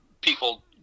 people